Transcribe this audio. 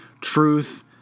Truth